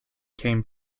came